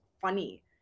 funny